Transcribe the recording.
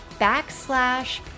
backslash